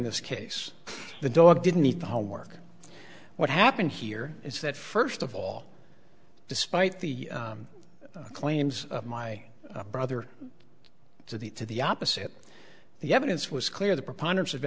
this case the dog didn't eat the homework what happened here is that first of all despite the claims of my brother to the to the opposite the evidence was clear the preponderance of